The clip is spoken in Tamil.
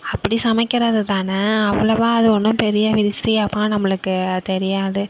அப்படி சமைக்கிறது தானே அவ்வளோவா அது ஒன்றும் பெரிய விஷயமா நம்மளுக்கு தெரியாது